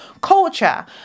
culture